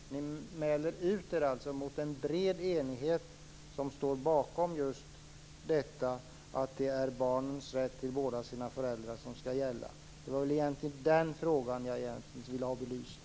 Ni mäler alltså ut er mot de andra som i bred enighet som står bakom just detta att det är barnens rätt till båda sina föräldrar som skall gälla. Det var egentligen den frågan jag ville ha belyst.